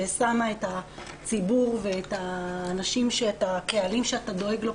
ששמה את הציבור ואת הקהלים שאתה דואג להם,